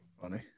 Funny